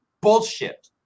bullshit